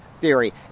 theory